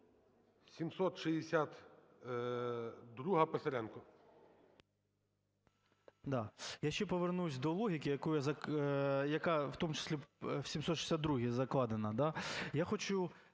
Я ще повернусь до логіки, яка в тому числі в 762-й закладена. Я хочу